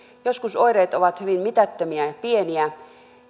joskus oireet ovat hyvin mitättömiä ja pieniä